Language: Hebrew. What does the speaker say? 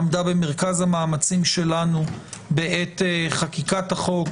עמדה במרכז המאמצים שלנו בעת חקיקת החוק,